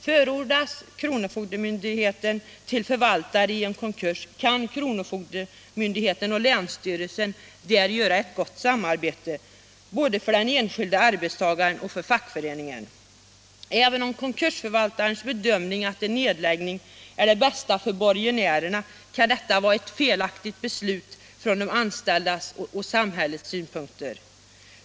Förordnas kronofogdemyndigheten till förvaltare i en konkurs kan kronofogdemyndigheten och länsstyrelsen inleda ett samarbete som blir till godo för både den enskilde arbetstagaren och fackföreningen. Även om konkursförvaltaren bedömer det så att en nedläggning är det bästa för borgenärerna, kan detta vara ett felaktigt beslut från de anställdas och samhällets synpunkter.